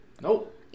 Nope